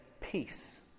peace